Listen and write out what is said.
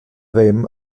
ddim